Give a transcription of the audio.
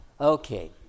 Okay